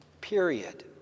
period